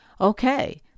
okay